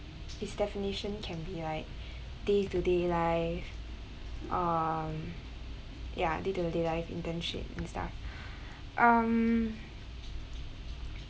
it's definition can be like day to day life um ya day to day life internship and stuff um